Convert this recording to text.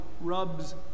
rubs